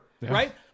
right